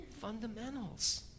Fundamentals